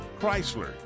Chrysler